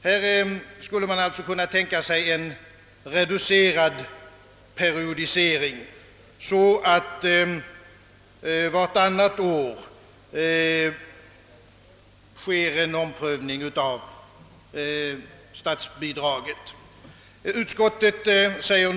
Här skulle man alltså kunna tänka sig en reducerad periodisering, så att en omprövning av statsbidraget sker vart annat år.